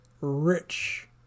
rich